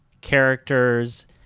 characters